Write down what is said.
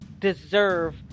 deserve